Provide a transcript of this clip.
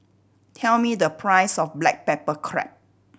tell me the price of black pepper crab